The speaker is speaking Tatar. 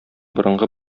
борынгы